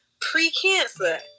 pre-cancer